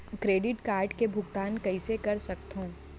Credit card के भुगतान कइसने कर सकथो?